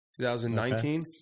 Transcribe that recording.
2019